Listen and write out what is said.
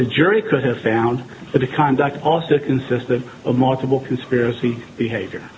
the jury could have found that the conduct of the consisted of multiple conspiracy behavior